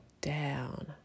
down